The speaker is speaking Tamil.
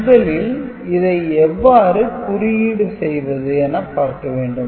முதலில் இதை எவ்வாறு குறியீடு செய்வது என பார்க்க வேண்டும்